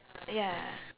ya